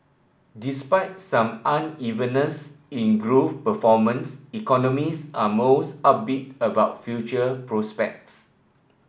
despite some unevenness in growth performance economies are most upbeat about future prospects